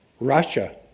Russia